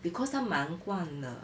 because 她忙惯了